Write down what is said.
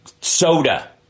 soda